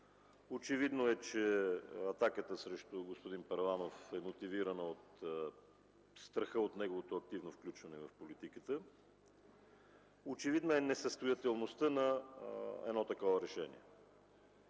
Очевидно е, че атаката срещу господин Първанов е мотивирана от страха от неговото активно включване в политиката. Очевидна е несъстоятелността на едно такова решение.